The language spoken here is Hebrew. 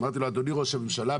אדוני ראש הממשלה,